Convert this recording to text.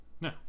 No